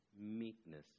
Meekness